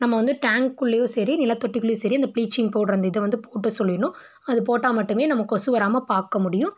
நம்ம வந்து டேங்க்குள்ளேயும் சரி நில தொட்டிக்குள்ளேயும் சரி அந்த ப்ளீச்சிங் பவுடர அந்த இதை வந்து போட சொல்லிடணும் அது போட்டால் மட்டுமே நம்ம கொசு வராமல் பார்க்க முடியும்